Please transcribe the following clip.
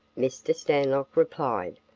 mr. stanlock replied.